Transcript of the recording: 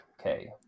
Okay